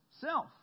self